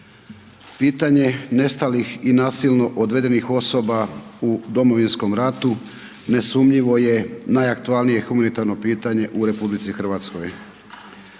Pitanje nestalih i nasilno odvedenih osoba u Domovinskom ratu nesumnjivo je najaktualnije humanitarno pitanje u RH.